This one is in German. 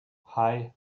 hei